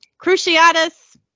Cruciatus